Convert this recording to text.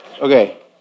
Okay